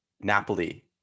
Napoli